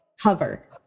hover